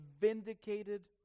vindicated